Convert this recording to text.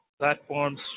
platforms